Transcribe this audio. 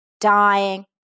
dying